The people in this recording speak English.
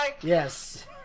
Yes